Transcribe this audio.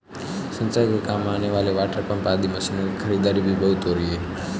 सिंचाई के काम आने वाले वाटरपम्प आदि मशीनों की खरीदारी भी बहुत हो रही है